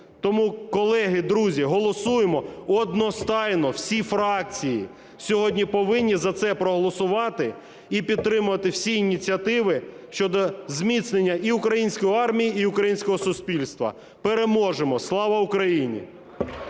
Тому, колеги, друзі, голосуємо одностайно. Всі фракції сьогодні повинні за це проголосувати і підтримати всі ініціативи щодо зміцнення і української армії, і українського суспільства. Переможемо! Слава Україні!